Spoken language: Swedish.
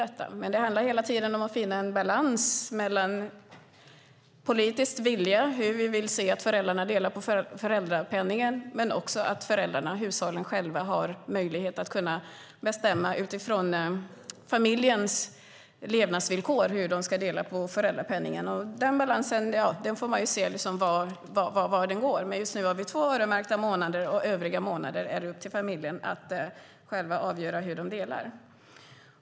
Det handlar dock om att finna en balans mellan politisk vilja, hur vi vill se att föräldrarna delar på föräldrapenningen, och föräldrarnas önskan att själva bestämma hur de ska dela på föräldrapenningen utifrån familjens levnadsvillkor. Man får se var den balansen går. Just nu har vi två öronmärkta månader, och övriga månader är det upp till föräldrarna att själva avgöra hur de delar.